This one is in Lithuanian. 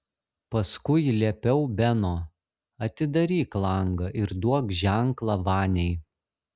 paskui liepiau beno atidaryk langą ir duok ženklą vaniai